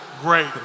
great